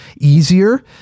easier